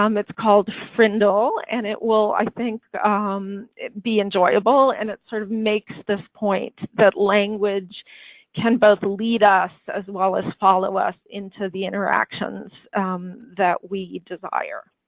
um it's called frindle, and it will i think um be enjoyable and it sort of makes this point that language can both lead us as well as follow us into the interactions that we desire